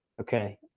okay